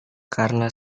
karena